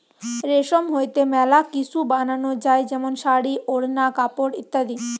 রেশম হইতে মেলা কিসু বানানো যায় যেমন শাড়ী, ওড়না, কাপড় ইত্যাদি